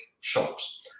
shops